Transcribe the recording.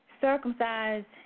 circumcised